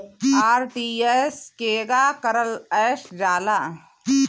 RTGS केगा करलऽ जाला?